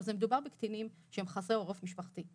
מדובר בקטינים שהם חסרי עורף משפחתי.